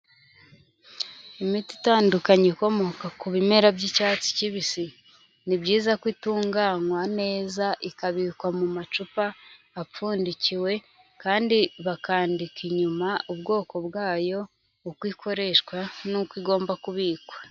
Imiti itandukanye ikomoka ku bimera by'icyatsi kibisi, ni byiza ko itunganywa neza ikabikwa mu macupa apfundikiwe kandi bakandika inyuma ubwoko bwayo, uko ikoreshwa n'uko igomba kubikwa.